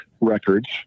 Records